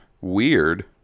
weird